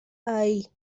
ahí